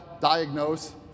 diagnose